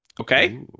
Okay